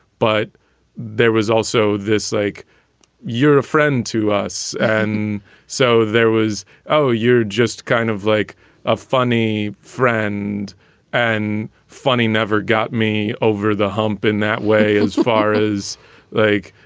but there was also this like you're a friend to us. and so there was oh, you're just kind of like a funny friend and funny never got me over the hump in that way as far as like,